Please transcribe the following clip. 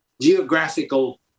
geographical